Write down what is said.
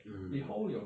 mm